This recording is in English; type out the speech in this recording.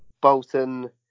Bolton